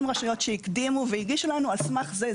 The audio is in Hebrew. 30 רשויות שהקדימו והגישו לנו זה על סמך זה.